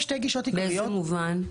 באיזה מובן?